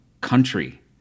country